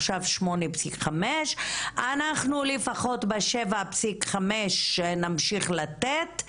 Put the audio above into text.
עכשיו 8.5. אנחנו לפחות ב-7.5 נמשיך לתת,